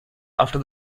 after